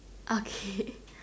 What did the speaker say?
okay